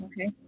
Okay